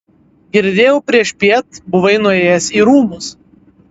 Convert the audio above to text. girdėjau priešpiet buvai nuėjęs į rūmus